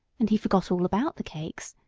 and he forgot all about the cakes,